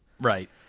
Right